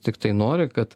tiktai nori kad